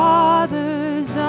Father's